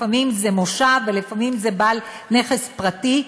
לפעמים זה מושב ולפעמים זה בעל נכס פרטי,